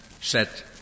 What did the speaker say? set